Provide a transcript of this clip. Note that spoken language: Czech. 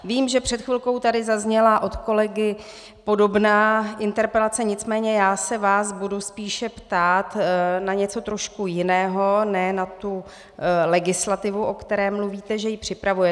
Vím, že před chvilkou tady zazněla od kolegy podobná interpelace, nicméně já se vás budu spíše ptát na něco trošku jiného, ne na tu legislativu, o které mluvíte, že ji připravujete.